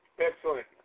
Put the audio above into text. Excellent